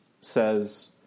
Says